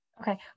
Okay